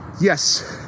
yes